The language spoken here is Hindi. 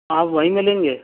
आप वहीं मिलेंगे